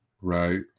right